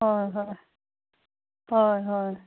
হয় হয় হয় হয়